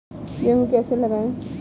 गेहूँ कैसे लगाएँ?